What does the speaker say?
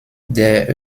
der